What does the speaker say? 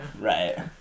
Right